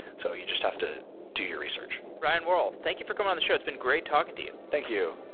so you just have to do your research. ryan worl, thank you for coming on the show. it's been great talking to you. thank you.